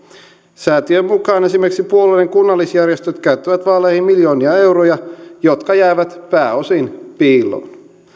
säätiön mukaan esimerkiksi puolueiden kunnallisjärjestöt käyttävät vaaleihin miljoonia euroja jotka jäävät pääosin piiloon